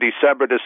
December